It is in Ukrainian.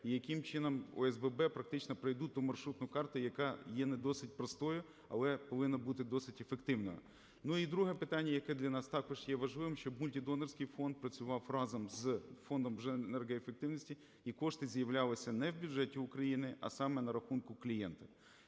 і яким чином ОСББ практично пройдуть ту маршрутну карту, яка є не досить простою, але повинна бути досить ефективною. Ну і друге питання, яке для нас також є важливим, щобМультидонорський фонд працював разом з Фондом енергоефективності і кошти з'являлися не в бюджеті України, а саме на рахунку клієнтів.